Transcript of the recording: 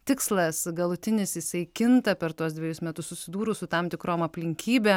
tikslas galutinis jisai kinta per tuos dvejus metus susidūrus su tam tikrom aplinkybėm